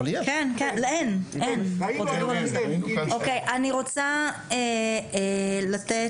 --- אני רוצה לתת